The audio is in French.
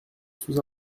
sous